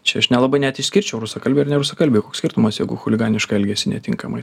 čia aš nelabai net išskirčiau rusakalbių ir nerusakalbių koks skirtumas jeigu chuliganiškai elgiasi netinkamai